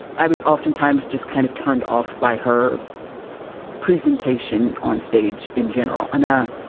i was oftentimes just kind of turned off by her presentation on stage in general now